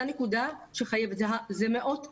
זו נקודה שחייבת, זה מאות שקלים.